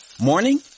morning